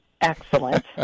excellent